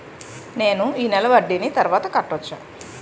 నేను ఈ నెల వడ్డీని తర్వాత కట్టచా?